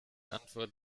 antwort